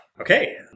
Okay